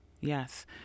yes